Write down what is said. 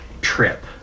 trip